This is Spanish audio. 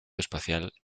espacial